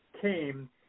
came